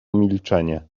milczenie